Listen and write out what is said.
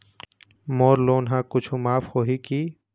मोर loan हा कुछू माफ होही की?